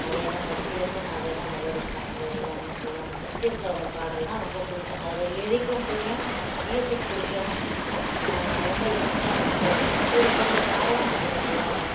அதே தான் ஃபர்ஸ்ட்லேருந்து நான் அதே தான் மெலோடி சாங்கு எல்லாமே ஃபுல்லா அந்த சிஸ்டிஸில் வந்த பாடல் தான் ரொம்ப பிடிக்கும் அதோட லிரிக்கும் புரியும் மீசிக் பிடிக்கும் ரொம்ப இனிமையா இருக்கும் கேட்குறத்துக்கு கூட சேர்ந்து பாடவும் நம்மளுக்கு நல்லா இருக்கும்